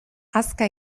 hazka